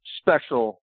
special